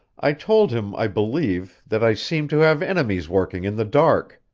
i told him, i believe, that i seemed to have enemies working in the dark.